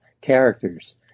characters